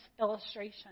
illustration